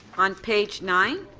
on page nine?